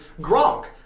Gronk